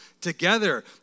together